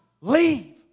leave